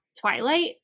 Twilight